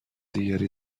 دیگری